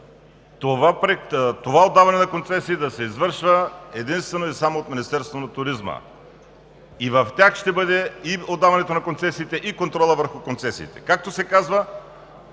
това отдаване на концесии да се извършва единствено и само от Министерството на туризма – в тях ще бъдат и отдаването на концесиите, и контролът върху концесиите. Както се казва: